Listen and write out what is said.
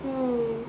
mmhmm